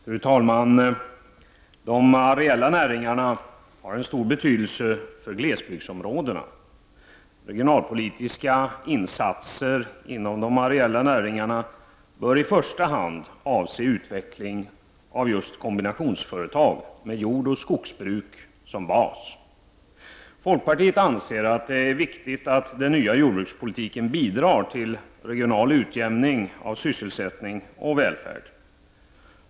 Fru talman! De areella näringarna har stor betydelse för glesbygdskområdena. Regionalpolitiska insatser inom de areella näringarna bör i första hand avse utveckling av kombinationsföretag med jordoch skogsbruk som bas. Folkpartiet anser att det är viktigt att den nya jordbrukspolitiken bidrar till regional utjämning av sysselsättning och välfärd.